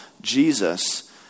Jesus